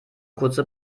kurze